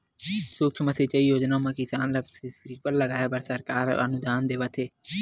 सुक्ष्म सिंचई योजना म किसान ल स्प्रिंकल लगाए बर सरकार ह अनुदान देवत हे